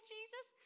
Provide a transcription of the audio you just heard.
Jesus